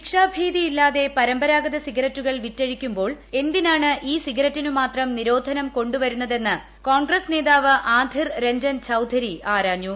ശിക്ഷാ ഭീതി ഇല്ലാതെ പരമ്പരാഗത സിഗററ്റുകൾ വിറ്റഴിക്കുമ്പോൾ എന്തിനാണ് ഈ സിഗററ്റിനുമാത്രം നിരോധനം കൊണ്ടുവരുന്നതെന്ന് കോൺഗ്രസ് നേതാവ് ആധിർ രഞ്ജൻ ചൌധരി ആരാഞ്ഞു